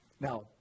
Now